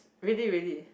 really really